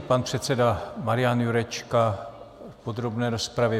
Pan předseda Marian Jurečka v podrobné rozpravě.